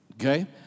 Okay